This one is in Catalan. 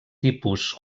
tipus